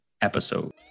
episode